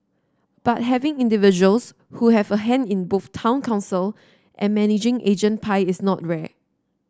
but having individuals who have a hand in both town council and managing agent pie is not rare